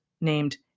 named